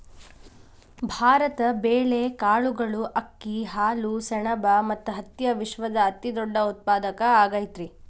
ಭಾರತ ಬೇಳೆ, ಕಾಳುಗಳು, ಅಕ್ಕಿ, ಹಾಲು, ಸೆಣಬ ಮತ್ತ ಹತ್ತಿಯ ವಿಶ್ವದ ಅತಿದೊಡ್ಡ ಉತ್ಪಾದಕ ಆಗೈತರಿ